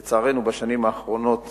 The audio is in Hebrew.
לצערנו, בשנים האחרונות